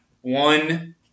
one